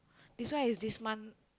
this one is this month